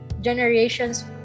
generation's